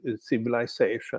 civilization